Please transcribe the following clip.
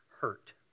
hurt